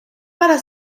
para